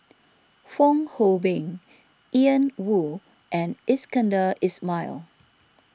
Fong Hoe Beng Ian Woo and Iskandar Ismail